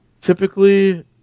Typically